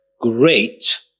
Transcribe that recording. Great